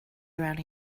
around